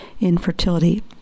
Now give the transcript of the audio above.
infertility